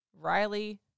Riley